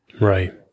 Right